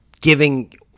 giving